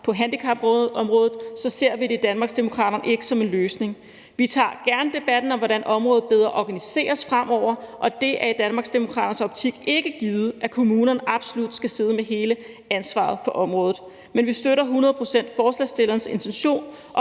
på handicapområdet, må vi sige, at det ser vi i Danmarksdemokraterne ikke som en løsning. Vi tager gerne debatten om, hvordan området organiseres bedre fremover, og det er i Danmarksdemokraternes optik ikke givet, at kommunerne absolut skal sidde med hele ansvaret på området. Men vi støtter hundrede procent forslagsstillernes intention